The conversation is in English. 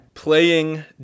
Playing